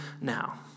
now